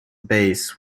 bass